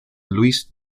louis